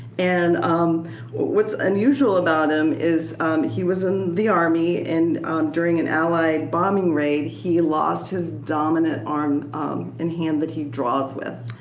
and um what's unusual about him is he was in the army. during an allied bombing raid he lost his dominant arm and hand that he draws with.